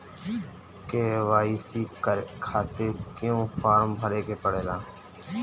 KYC खातिर क्यूं form भरे के पड़ेला?